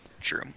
True